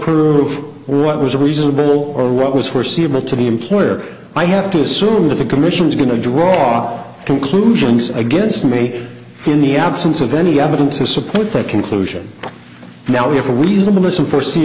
prove what was reasonable or what was foreseeable to the employer i have to assume that the commission's going to draw conclusions against me in the absence of any evidence to support that conclusion now we have a reason to listen for see